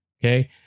okay